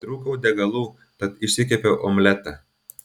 pritrūkau degalų tad išsikepiau omletą